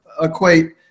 equate